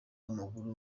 w’amaguru